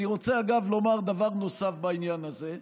אגב, אני רוצה לומר דבר נוסף בעניין הזה: